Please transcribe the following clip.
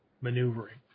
maneuvering